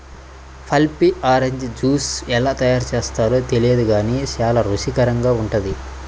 pulpy orange juice ఎలా తయారు చేస్తారో తెలియదు గానీ చాలా రుచికరంగా ఉంటుంది